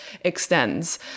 extends